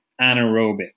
anaerobic